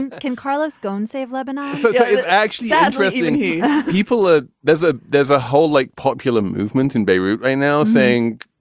and can carlos goan save lebanon? it's actually ah addressing and his people ah there's a there's a whole like popular movement in beirut right now saying,